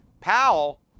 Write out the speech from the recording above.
Powell